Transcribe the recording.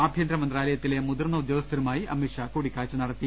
ആഭ്യന്തര മന്ത്രാലയത്തിലെ മുതിർന്ന ഉദ്യോഗസ്ഥരുമായി അമിത്ഷാ കൂടിക്കാഴ്ച നടത്തി